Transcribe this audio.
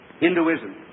Hinduism